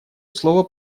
слова